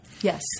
Yes